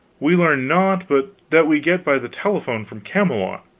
we learn naught but that we get by the telephone from camelot.